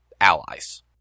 allies